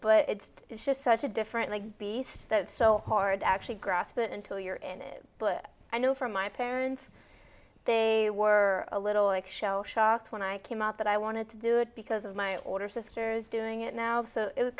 but it's just such a different beast that's so hard to actually grasp it until you're in it but i know from my parents they were a little like shell shocked when i came out that i wanted to do it because of my older sisters doing it now so it was